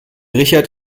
richard